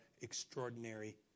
extraordinary